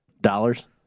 dollars